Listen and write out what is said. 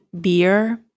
beer